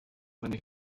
many